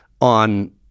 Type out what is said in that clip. on